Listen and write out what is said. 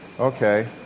Okay